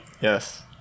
Yes